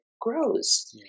grows